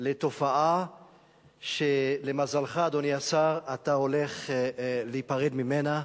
לתופעה שלמזלך, אדוני השר, אתה הולך להיפרד ממנה,